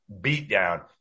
beatdown